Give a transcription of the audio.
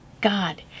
God